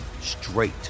straight